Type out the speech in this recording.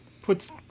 puts